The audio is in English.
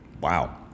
Wow